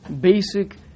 basic